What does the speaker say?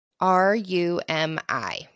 R-U-M-I